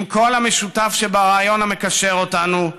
עם כל המשותף ברעיון, המקשר אותנו,